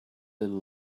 little